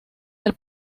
del